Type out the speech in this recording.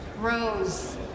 Rose